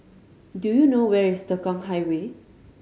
do you know where is Tekong Highway